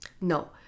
No